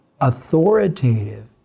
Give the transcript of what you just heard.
authoritative